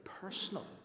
personal